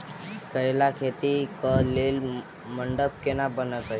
करेला खेती कऽ लेल मंडप केना बनैबे?